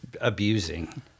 abusing